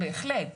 בהחלט.